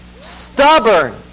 stubborn